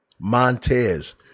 Montez